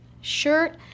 shirt